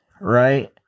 right